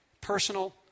personal